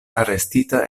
arestita